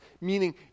meaning